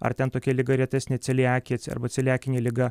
ar ten tokia liga retesnė celiakija arba celiakinė liga